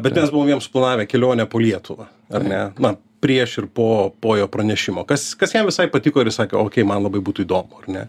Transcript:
bet mes buvomjam suplanavę kelionę po lietuvą ar ne na prieš ir po po jo pranešimo kas kas jam visai patiko ir jis sakė okei man labai būtų įdomu ar ne